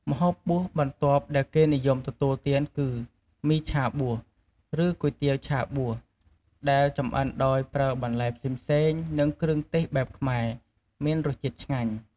ម្ហូបបួសបន្ទាប់ដែលគេនិយមទទួលទានគឺ មីឆាបួស ឬគុយទាវឆាបួស ដែលចម្អិនដោយប្រើបន្លែផ្សេងៗ និងគ្រឿងទេសបែបខ្មែរ មានរសជាតិឆ្ងាញ់ ។